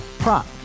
Prop